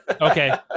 Okay